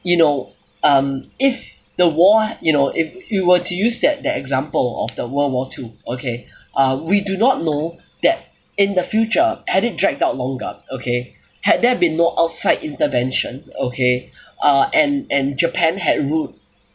you know um if the war you know if you were to use that that example of the world war two okay uh we do not know that in the future had it dragged out longer okay had there been no outside intervention okay uh and and japan had ruled